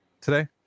today